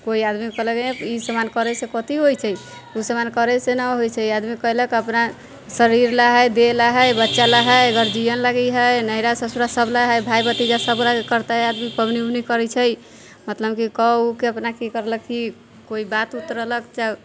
कोइ आदमी कहलक हे ई सामान करैसँ कथी होइ छै उ सामान करैसँ नहि होइ छै आदमी कयलक अपना शरीर लए है देह लए है बच्चा लए है गार्जियन लागी है नैहरा ससुरा सब लए है भाय भतीजा सब गोटा करते आदमी पबनी उबनी करै छै मतलब की कऽ उके अपना की करलक की कोइ बात उत रहलक तऽ